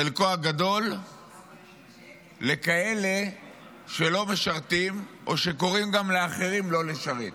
חלקם הגדול לכאלה שלא משרתים או שגם קוראים לאחרים לא לשרת.